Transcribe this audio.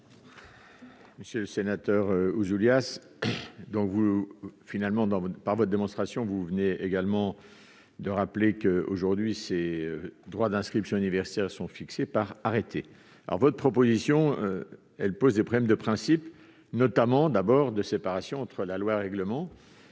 Monsieur le sénateur Ouzoulias, par votre démonstration, vous venez de rappeler que, aujourd'hui, les droits d'inscription à l'université sont fixés par arrêté. Votre proposition pose des problèmes de principe : problème de séparation entre la loi et le règlement,